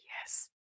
yes